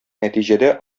нәтиҗәдә